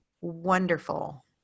wonderful